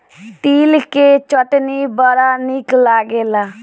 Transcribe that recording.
तिल के चटनी बड़ा निक लागेला